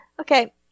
Okay